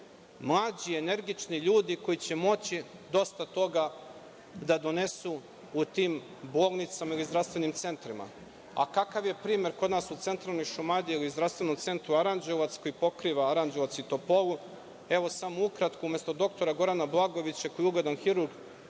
mlađi, energični ljudi koji će moći dosta toga da donesu u tim bolnicama ili zdravstvenim centrima. Kakav je primer kod nas u centralnoj Šumadiji i Zdravstvenom centru Aranđelovac koji pokriva Aranđelovac i Topolu, evo samo ukratko. Umesto doktora Gorana Blagojevića, koji je ugledan hirurg,